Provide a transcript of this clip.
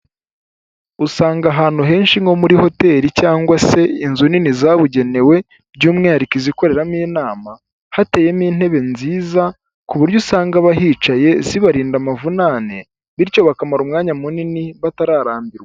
Usanga ahantu henshi nko muri hoteli cyangwa se inzu nini zabugenewe by'umwihariko izikoreramo inama, hateyemo intebe nziza kuburyo usanga abahicaye zibavura amavunane bityo bakahicara umwanya munini batararambirwa.